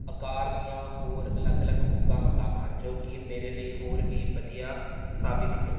ਅਕਾਰ ਦੀਆਂ ਹੋਰ ਅਲੱਗ ਅਲੱਗ ਬੁੱਕਾਂ ਮੰਗਾਵਾ ਜੋ ਕਿ ਮੇਰੇ ਲਈ ਹੋਰ ਵੀ ਵਧੀਆ ਸਾਬਤ ਹੋਣ